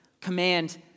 command